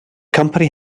company